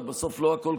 שיהיה שמח.